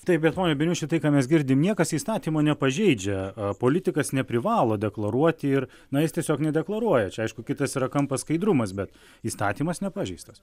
taip bet pone beniuši tai ką mes girdim niekas įstatymo nepažeidžia politikas neprivalo deklaruoti ir na jis tiesiog nedeklaruoja čia aišku kitas yra kampas skaidrumas bet įstatymas nepažeistas